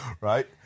right